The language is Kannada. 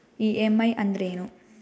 ಇ.ಎಂ.ಐ ಅಂದ್ರೇನು?